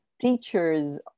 teachers